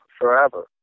forever